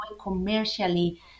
commercially